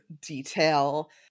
detail